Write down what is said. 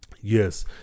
Yes